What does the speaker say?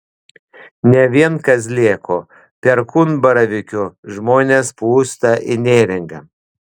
ne vien kazlėkų perkūnbaravykių žmonės plūsta į neringą